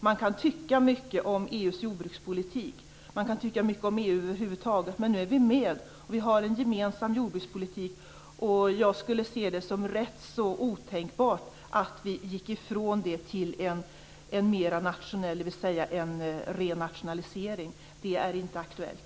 Man kan tycka mycket om EU:s jordbrukspolitik, och man kan tycka mycket om EU över huvud taget, men nu är vi med, och vi har en gemensam jordbrukspolitik. Jag skulle därför se det som rätt så otänkbart att vi gick ifrån det till en renationalisering. Det är inte aktuellt.